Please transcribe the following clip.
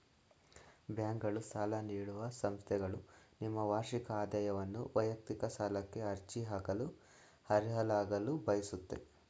ಬ್ಯಾಂಕ್ಗಳು ಸಾಲ ನೀಡುವ ಸಂಸ್ಥೆಗಳು ನಿಮ್ಮ ವಾರ್ಷಿಕ ಆದಾಯವನ್ನು ವೈಯಕ್ತಿಕ ಸಾಲಕ್ಕೆ ಅರ್ಜಿ ಹಾಕಲು ಅರ್ಹರಾಗಲು ಬಯಸುತ್ತೆ